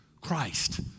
Christ